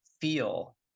feel